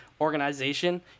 organization